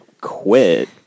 quit